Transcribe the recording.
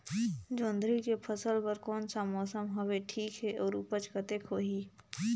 जोंदरी के फसल बर कोन सा मौसम हवे ठीक हे अउर ऊपज कतेक होही?